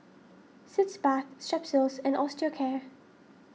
Sitz Bath Strepsils and Osteocare